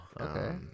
okay